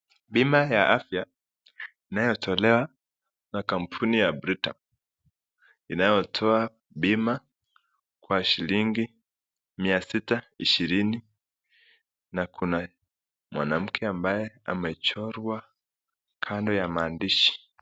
Bima ya afya inayotolewa na kampuni ya Britam inayotoa bima kwa shilingi mia sita ishirini na kuna mwanamke ambaye amechorwa kando ya maandishi.